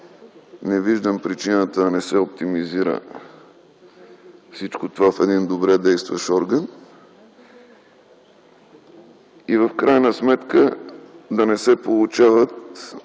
не виждам причина да не се оптимизира всичко това в един добре действащ орган, и в крайна сметка да не се получават...